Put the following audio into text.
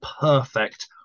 perfect